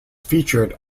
featured